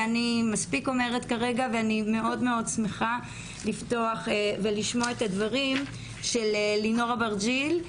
אני מאוד שמחה לפתוח ולשמוע את הדברים של לינור אברג'יל,